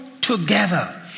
together